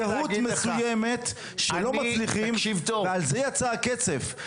שלא מצליחים ועל זה יצא הקצף.